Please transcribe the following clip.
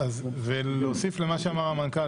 להוסיף למה שאמר המנכ"ל,